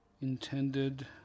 intended